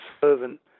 servant